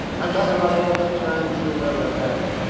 i'm talking about all the good times you never had.